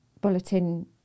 bulletin